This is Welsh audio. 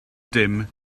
dim